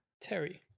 terry